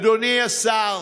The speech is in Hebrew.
אדוני השר,